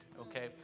okay